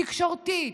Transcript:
תקשורתית,